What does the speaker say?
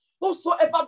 whosoever